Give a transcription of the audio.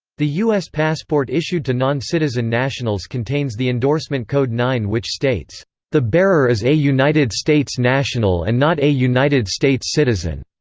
the u s. passport issued to non-citizen nationals contains the endorsement code nine which states the bearer is a united states national and not a united states citizen.